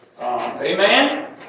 Amen